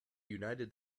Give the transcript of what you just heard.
united